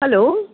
hello